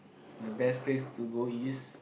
the best place to go is